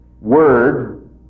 word